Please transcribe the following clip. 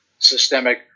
Systemic